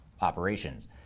operations